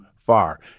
far